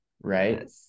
right